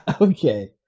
Okay